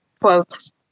quotes